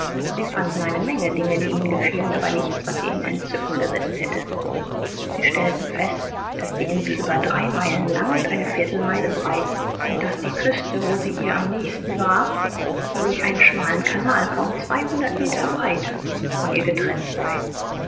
sie fanden eine menge dinge die ihnen gefielen aber nichts was sie in entzücken gesetzt hätte sie stellten fest daß die insel über drei meilen lang und eine viertelmeile breit und daß die küste wo sie ihr am nächsten war nur durch einen schmalen kanal kaum zweihundert meter breit von ihr getrennt sei